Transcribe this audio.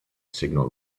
signal